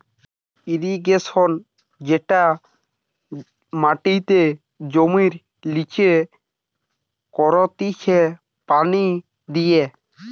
irrigation যেটা মাটিতে জমির লিচে করতিছে পানি দিয়ে